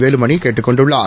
வேலுமணி கேட்டுக் கொண்டுள்ளார்